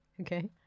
Okay